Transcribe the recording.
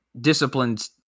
disciplines